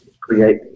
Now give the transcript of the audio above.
create